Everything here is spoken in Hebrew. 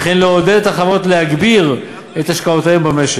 וכן לעודד את החברות להגביר את השקעותיהן במשק.